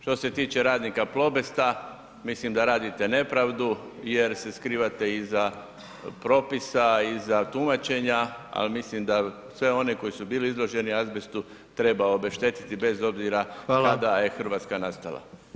Što se tiče radnika Plobesta mislim da radite nepravdu jer se skrivate iza propisa, iza tumačenja, al mislim da sve one koji su bili izloženi azbestu treba obeštetiti bez obzira [[Upadica: Hvala]] kada je RH nastala.